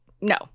no